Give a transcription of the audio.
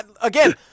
again